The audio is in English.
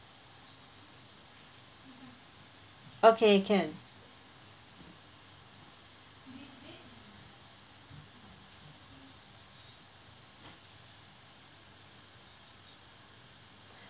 okay can